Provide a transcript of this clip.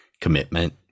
commitment